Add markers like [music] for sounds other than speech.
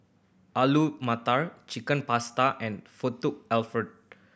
Alu Matar Chicken Pasta and [unintelligible] Alfredo